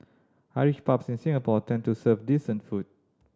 Irish pubs in Singapore tend to serve decent food